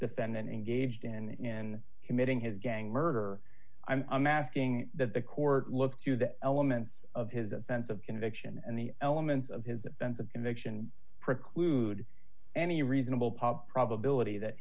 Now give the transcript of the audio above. defendant engaged in committing his gang murder i'm asking that the court look to the elements of his offense of conviction and the elements of his offense and conviction preclude any reasonable pub probability that